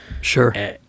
sure